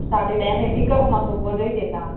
साढे ॾहें ताईं ठीक आहे पोइ मां सुबुहु जो ई थी अचांव